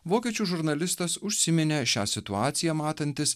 vokiečių žurnalistas užsiminė šią situaciją matantis